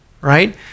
right